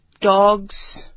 dogs